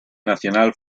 nacional